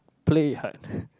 play hard